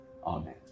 Amen